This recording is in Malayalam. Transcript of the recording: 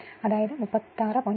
അതായത് 36